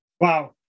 Wow